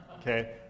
okay